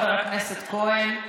חבר הכנסת כהן.